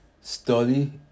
Study